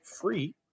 free